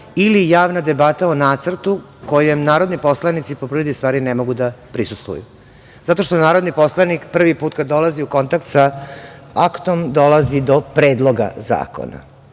ili javna debata o nacrtu kojem narodni poslanici po prirodi stvari ne mogu da prisustvuju. Zato što narodni poslanik prvi put dolazi u kontakt sa aktom dolazi do predloga zakona.